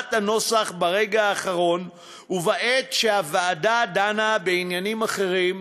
העברת הנוסח ברגע האחרון ובעת שהוועדה דנה בעניינים אחרים,